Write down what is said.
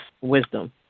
wisdom